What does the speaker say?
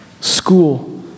school